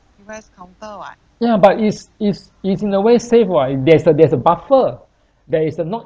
ya but is is is in a way safe [what] y~ there's a there's a buffer there is a knock